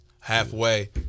halfway